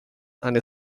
and